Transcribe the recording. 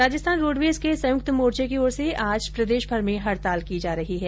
Rajasthan roadways के संयुक्त मोर्च की ओर से आज प्रदेशभर में हड़ताल की जा रही है